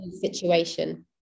situation